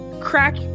crack